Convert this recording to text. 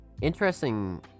interesting